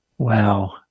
Wow